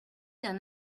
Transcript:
d’un